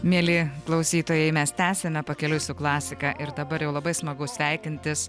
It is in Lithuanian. mieli klausytojai mes tęsiame pakeliui su klasika ir dabar jau labai smagu sveikintis